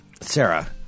Sarah